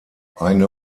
eine